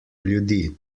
ljudi